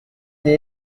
des